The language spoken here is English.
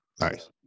Nice